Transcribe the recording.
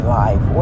life